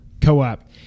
co-op